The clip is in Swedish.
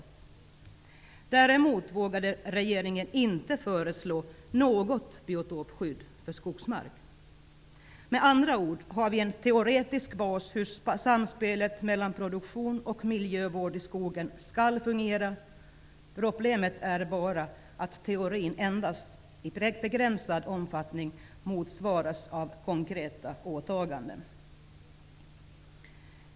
Regeringen vågade emellertid inte föreslå något biotopskydd för skogsmark. Med andra ord finns en teoretisk bas för hur samspelet mellan produktion och miljövård i skogen skall fungera. Problemet är bara att teorin endast i starkt begränsad omfattning motsvaras av konkreta åtaganden.